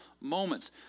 moments